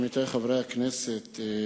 עמיתי חברי הכנסת,